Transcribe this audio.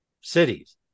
cities